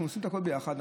אנחנו עושים הכול ביחד,